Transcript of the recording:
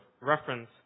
reference